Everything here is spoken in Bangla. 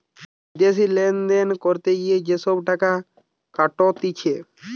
বিদেশি লেনদেন করতে গিয়ে যে সব টাকা কাটতিছে